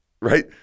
right